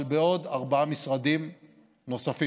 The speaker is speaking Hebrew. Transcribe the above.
אבל בעוד ארבעה משרדים נוספים.